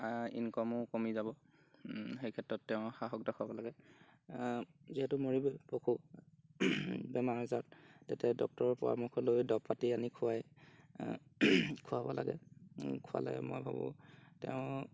ইনকামো কমি যাব সেই ক্ষেত্ৰত তেঁও সাহস দেখুৱাব লাগে যিহেতু মৰিবই পশু বেমাৰ আজাৰত তাতে ডাক্তৰৰ পৰামৰ্শ লৈ দৰৱ পাতি আনি খুৱাই খুৱাব লাগে খুৱালে মই ভাবোঁ তেওঁ